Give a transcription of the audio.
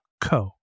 co